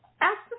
Ask